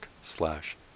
slash